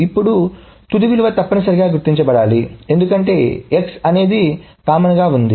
ఇప్పుడు తుది విలువ తప్పనిసరిగా గుర్తించబడాలి ఎందుకంటే x అనేది కామన్ గా ఉంది